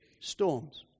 Storms